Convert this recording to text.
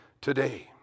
today